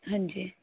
ਹਾਂਜੀ